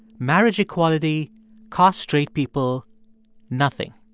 marriage equality cost straight people nothing.